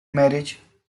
marriage